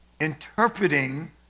interpreting